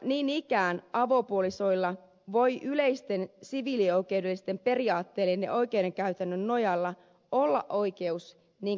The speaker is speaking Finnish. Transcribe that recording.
niin ikään avopuolisolla voi yleisten siviilioikeudellisten periaatteiden ja oikeuskäytännön nojalla olla oikeus niin sanottu